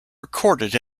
recorded